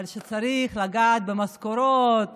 אבל כשצריך לגעת במשכורות